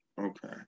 Okay